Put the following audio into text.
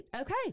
Okay